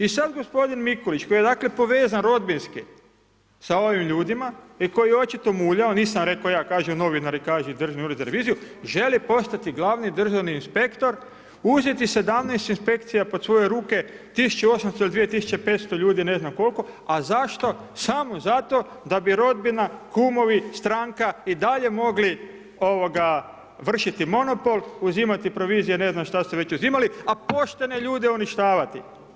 I sad gospodin Mikulić koji je, dakle, povezan rodbinski sa ovim ljudima i koji očita mulja, nisam rekao ja, kažu novinaru, kaže i državni Ured za reviziju, želi postati glavni državni inspektor, uzeti 17 inspekcija pod svoje ruke, 1800 ili 2500 ljudi, ne znam kol'ko, a zašto?, samo zato da bi rodbina, kumovi, stranka i dalje mogli, ovoga, vršiti monopol, uzimati provizije, ne znam šta su već uzimali, a poštene ljude uništavati.